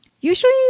Usually